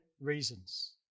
reasons